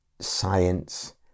science